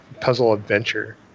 puzzle-adventure